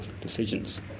decisions